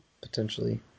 potentially